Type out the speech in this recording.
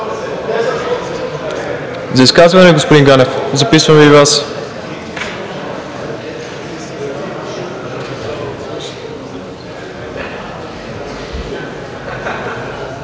За изказване ли, господин Ганев? Записвам и Вас.